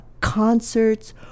concerts